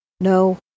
No